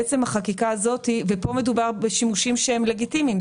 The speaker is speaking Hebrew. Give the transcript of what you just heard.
מדובר פה על שימושים לגיטימיים,